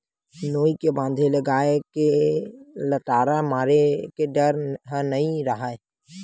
नोई के बांधे ले गाय के लटारा मारे के डर ह नइ राहय